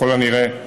ככל הנראה,